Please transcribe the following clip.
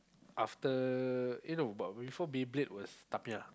after eh no but before Beyblade was Tamiya